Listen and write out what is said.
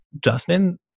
Justin